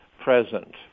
present